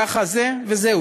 ככה זה וזהו.